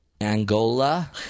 Angola